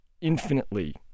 infinitely